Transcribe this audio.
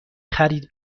خرید